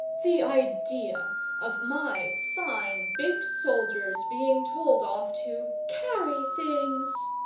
the idea of my fine big soldiers being told off to carry things!